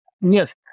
Yes